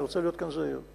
אני רוצה להיות כאן זהיר.